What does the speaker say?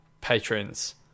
patrons